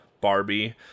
Barbie